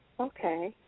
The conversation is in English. Okay